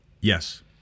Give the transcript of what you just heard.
Yes